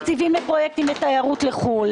מעבירים תקציבים לפרויקטים לתיירות לחו"ל,